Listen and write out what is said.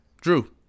Drew